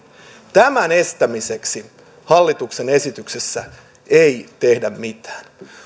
tämän estämiseksi hallituksen esityksessä ei tehdä mitään